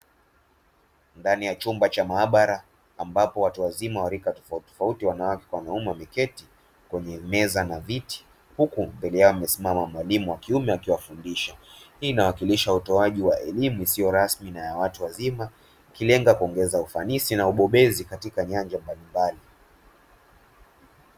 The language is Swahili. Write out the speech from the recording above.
Ndani ya chumba cha maabara ambapo watu wazima wa rika tofauti tofauti wanawake kwa wanaume wameketi kwenye meza na viti huku mbele yao amesimama mwalimu wa kiume akiwafundisha. Hii inawakilisha utoaji wa elimu isiyo rasmi na ya watu wazima ikilenga kuongeza ufanisi na ubobezi katika nyanja mbalimbali.